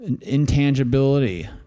intangibility